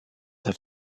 have